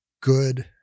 good